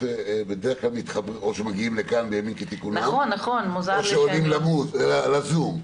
מגיעות בימים כתיקונם או שעולים בזום.